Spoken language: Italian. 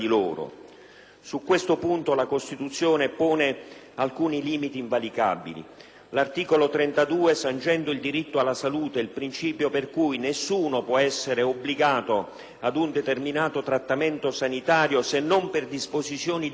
Su questo punto la Costituzione pone alcuni limiti invalicabili. L'articolo 32, sancendo il diritto alla salute e il principio per cui nessuno può essere obbligato ad un determinato trattamento sanitario, se non per disposizione di legge